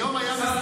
היום היה מסחר.